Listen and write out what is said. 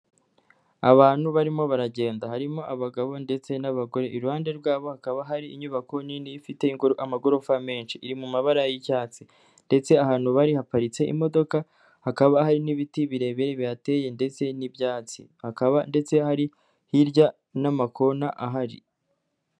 Abantu barimo baragenda harimo abagabo ndetse n'abagore iruhande rwabo hakaba hari inyubako nini ifite amagorofa menshi, iri mu mabara y'icyatsi ndetse ahantu bari haparitse imodoka hakaba hari n'ibiti birebire bihateye ndetse n'ibyatsi, hakaba ndetse hari hirya n'amakona ahari.